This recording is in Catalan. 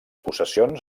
possessions